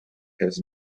has